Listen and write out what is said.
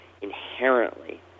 inherently